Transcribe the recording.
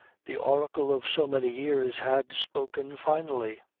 the oracle of so many years had spoken finally.